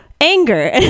Anger